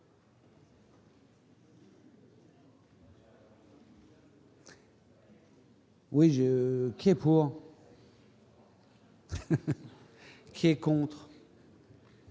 y a, qui est pour. Qui est contre.